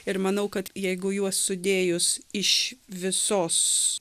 ir manau kad jeigu juos sudėjus iš visos